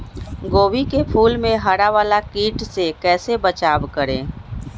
गोभी के फूल मे हरा वाला कीट से कैसे बचाब करें?